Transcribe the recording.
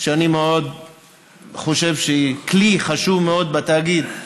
שאני חושב שהיא כלי חשוב מאוד בתאגיד,